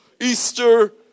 Easter